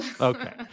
Okay